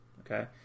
Okay